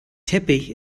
teppich